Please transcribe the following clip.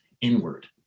inward